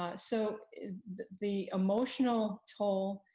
ah so the the emotional toll,